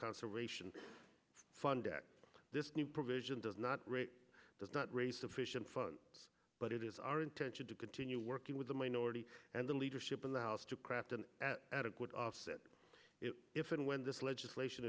conservation fund act this new provision does not rate does not raise sufficient funds but it is our intention to continue working with the minority and the leadership in the house to craft an adequate offset if and when this legislation